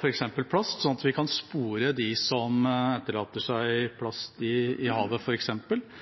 f.eks. plast, slik at vi kan spore dem som etterlater seg plast i havet